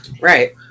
Right